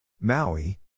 Maui